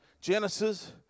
Genesis